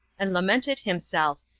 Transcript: and lamented himself,